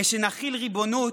כשנחיל ריבונות,